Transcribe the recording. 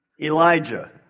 Elijah